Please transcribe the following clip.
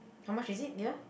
how much is it dear